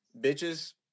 bitches